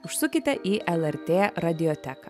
užsukite į lrt radioteką